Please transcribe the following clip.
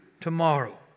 tomorrow